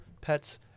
pets